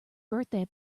birthday